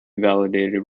validated